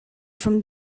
from